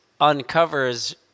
uncovers